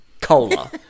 cola